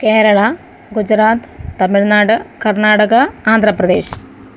Keralam Gujarat Tamil Nadu Karnataka Andhra Pradesh